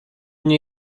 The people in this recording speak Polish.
nie